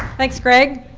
thanks, greg.